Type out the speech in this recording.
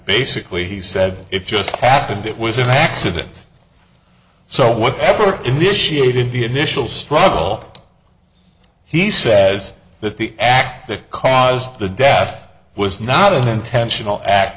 basically he said it just happened it was an accident so whatever initiated the initial struggle he says that the act that caused the death was not an intentional act